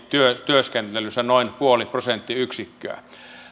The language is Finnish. työskentelynsä noin puoli prosenttiyksikköä